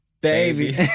baby